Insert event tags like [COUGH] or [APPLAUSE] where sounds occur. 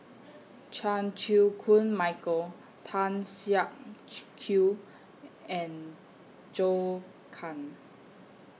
Chan Chew Koon Michael Tan Siak [NOISE] Kew and Zhou Can